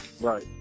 Right